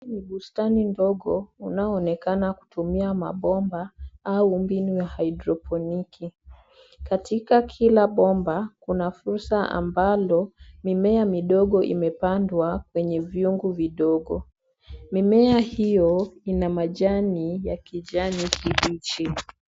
Hii ni bustani ndogo, unaoonekana kutumia mabomba, au mbinu ya haidroponiki. Katika kila bomba, kuna fursa ambalo mimea midogo imepandwa kwenye vyungu vidogo. Mimea hiyo ina majani ya kijani kibichi.